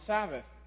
Sabbath